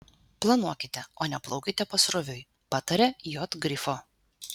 planuokite o ne plaukite pasroviui pataria j grifo